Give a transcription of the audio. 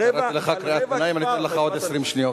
היות שקראתי לך קריאת ביניים אני נותן לך עוד 20 שניות.